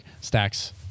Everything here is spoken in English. stacks